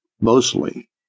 Mostly